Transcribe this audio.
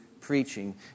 preaching